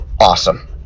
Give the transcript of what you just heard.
awesome